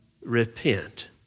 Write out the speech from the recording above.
repent